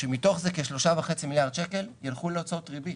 כשמתוך זה כשלושה וחצי מיליארד שקל ייצאו להוצאות ריבית,